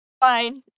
fine